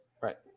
Right